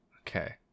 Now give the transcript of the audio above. okay